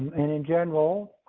and in general.